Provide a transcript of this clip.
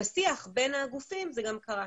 בשיח בין הגופים זה גם קרה.